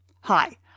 Hi